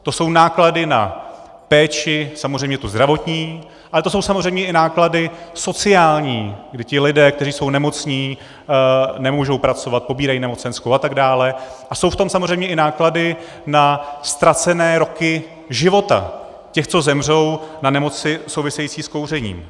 To jsou náklady na péči, samozřejmě tu zdravotní, a to jsou samozřejmě i náklady sociální, kdy ti lidé, kteří jsou nemocní, nemůžou pracovat, pobírají nemocenskou atd., a jsou v tom samozřejmě i náklady na ztracené roky života těch, co zemřou na nemoci související s kouřením.